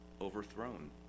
overthrown